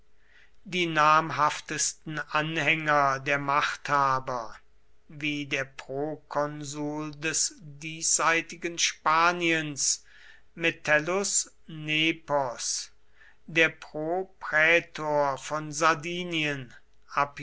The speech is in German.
die namhaftesten anhänger der machthaber wie der prokonsul des diesseitigen spaniens metellus nepos der proprätor von sardinien